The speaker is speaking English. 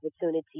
opportunity